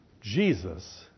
Jesus